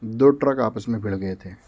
دو truck آپس میں بھڑ گئے تھے